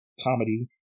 Comedy